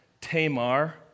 Tamar